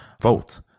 vote